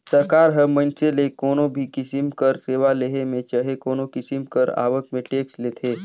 सरकार ह मइनसे ले कोनो भी किसिम कर सेवा लेहे में चहे कोनो किसिम कर आवक में टेक्स लेथे